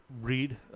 Read